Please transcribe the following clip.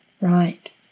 Right